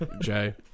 Jay